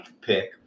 pick